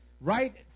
right